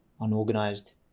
unorganized